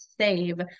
save